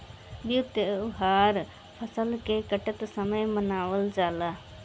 बिहू त्यौहार फसल के काटत समय मनावल जाला